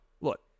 look